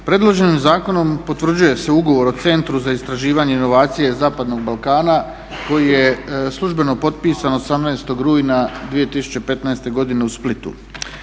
Predloženim zakonom potvrđuje se Ugovor o Centru za istraživanje i inovacije zapadnog Balkana koji je službeno potpisan 18. rujna 2015. godine u Splitu.